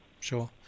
Sure